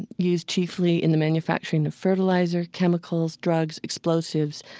and used chiefly in the manufacturing of fertilizer, chemicals, drugs, explosives,